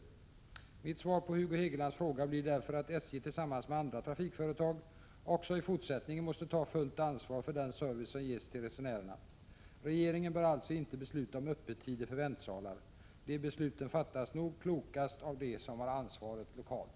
Mitt svar på Hugo Hegelands fråga blir därför att SJ tillsammans med andra trafikföretag också i fortsättningen måste ta fullt ansvar för den service som ges till resenärerna. Regeringen bör alltså inte besluta om öppettider för väntsalar. De besluten fattas nog klokast av de som har ansvaret lokalt.